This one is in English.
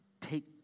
Take